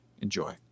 Enjoy